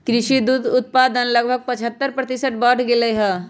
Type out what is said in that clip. कृषि दुग्ध उत्पादन लगभग पचहत्तर प्रतिशत बढ़ लय है